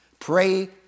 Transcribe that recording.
Pray